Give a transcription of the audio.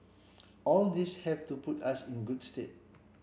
all these have to put us in good stead